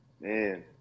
Man